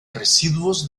residuos